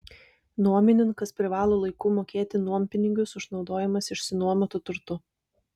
nuomininkas privalo laiku mokėti nuompinigius už naudojimąsi išsinuomotu turtu